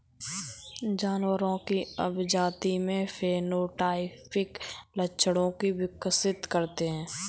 जानवरों की अभिजाती में फेनोटाइपिक लक्षणों को विकसित करते हैं